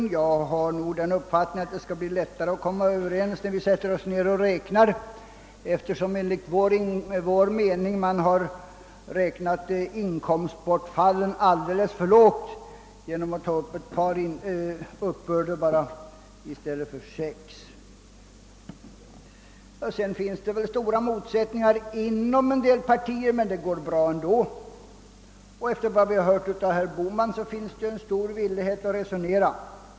Men jag har nog den uppfattningen, att det skall bli lättare att komma överens när vi sätter oss ned och räknar, eftersom högern enligt vår mening beräknat inkomstbortfallet alldeles för lågt genom att endast ta med ett par uppbörder i stället för sex. Det förekommer ju stora motsättningar även inom en del partier, men det går bra ändå. Och efter vad vi hört av herr Bohman finns det på det hållet en stor villighet att resonera.